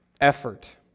effort